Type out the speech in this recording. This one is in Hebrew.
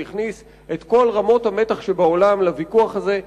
זה הכניס את כל רמות המתח שבעולם לוויכוח הזה.